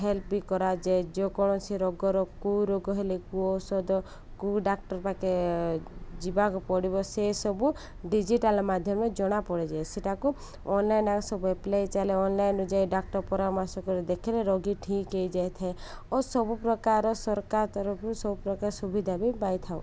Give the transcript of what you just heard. help ବି କରାଯାଏ ଯେକୌଣସି ରୋଗର କେଉଁ ରୋଗ ହେଲେ କୁ ଔଷଧ କେଉଁ ଡାକ୍ଟର ପାଖେ ଯିବାକୁ ପଡ଼ିବ ସେସବୁ ଡିଜିଟାଲ୍ ମାଧ୍ୟମରେ ଜଣା ପଡ଼ଯାଏ ସେଟାକୁ ଅନଲାଇନ୍ ଆଗ ସବୁ ଆପ୍ଲାଇ ଚାଲେ ଅନଲାଇନ୍ ଯାଇ ଡାକ୍ଟର ପରାମର୍ଶ କରି ଦେଖିଲେ ରୋଗୀ ଠିକ୍ ହୋଇଯାଇଥାଏ ଓ ସବୁପ୍ରକାର ସରକାର ତରଫରୁ ସବୁ ପ୍ର୍ରକାର ସୁବିଧା ବି ପାଇଥାଉ